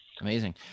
Amazing